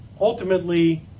Ultimately